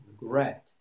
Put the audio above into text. regret